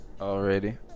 Already